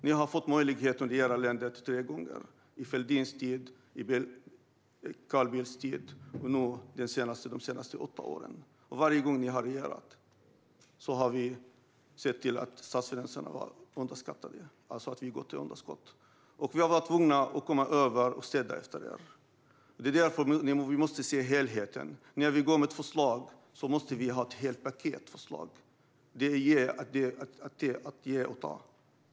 Ni har fått möjlighet att regera landet tre gånger - under Thorbjörn Fälldin, under Carl Bildt och senast under Fredrik Reinfeldt i åtta år. Varje gång som ni har regerat har det varit underskott, och vi har varit tvungna att städa upp efter er. Det är därför som vi måste se till helheten. När vi har ett förslag måste vi se till hela paketet med förslag.